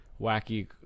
Wacky